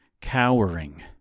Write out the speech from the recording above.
cowering